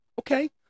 Okay